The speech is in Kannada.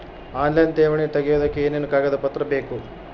ಆನ್ಲೈನ್ ಠೇವಣಿ ತೆಗಿಯೋದಕ್ಕೆ ಏನೇನು ಕಾಗದಪತ್ರ ಬೇಕು?